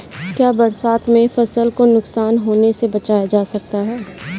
क्या बरसात में फसल को नुकसान होने से बचाया जा सकता है?